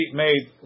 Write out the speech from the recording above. made